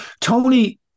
tony